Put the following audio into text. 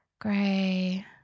gray